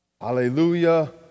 Hallelujah